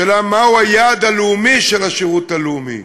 השאלה היא מהו היעד הלאומי של השירות הלאומי,